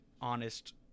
honest